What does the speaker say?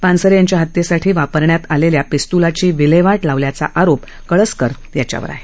पानसरे यांच्या हत्येसाठी वापरण्यात वापरण्यात आलेल्या पिस्त्लाची विल्हेवाट लावण्याचा आरोप कळसकर याच्यावर आहे